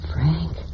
Frank